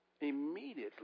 Immediately